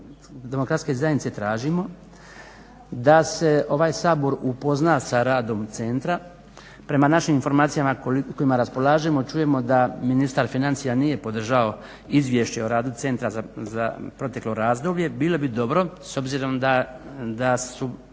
demokratske zajednice tražimo da se ovaj Sabor upozna sa radom centra. Prema našim informacijama kojima raspolažemo čujemo da ministar financija nije podržao Izvješće o radu Centra za proteklo razdoblje. Bilo bi dobro s obzirom da su